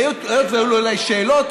היות שהיו לו אליי שאלות,